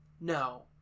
No